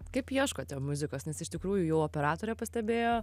kaip ieškote muzikos nes iš tikrųjų jau operatorė pastebėjo